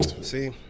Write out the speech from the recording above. see